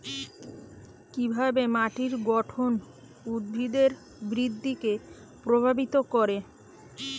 কিভাবে মাটির গঠন উদ্ভিদের বৃদ্ধিকে প্রভাবিত করে?